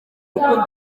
rukundo